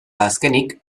azkenik